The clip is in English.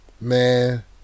man